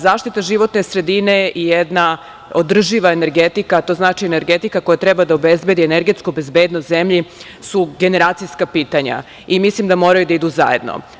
Zaštita životne sredine je jedna održiva energetika, to znači energetika koja treba da obezbedi energetsku bezbednost zemlji su generacijska pitanja i mislim da moraju da idu zajedno.